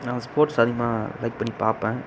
நான் ஸ்போர்ட்ஸ் அதிகமாக லைக் பண்ணி பார்ப்பேன்